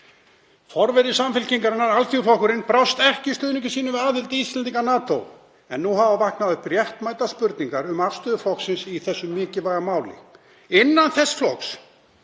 Forveri Samfylkingarinnar, Alþýðuflokkurinn, brást ekki stuðningi sínum við aðild Íslendinga að NATO, en nú hafa vaknað upp réttmætar spurningar um afstöðu flokksins í þessu mikilvæga máli. Innan þess flokks